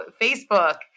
Facebook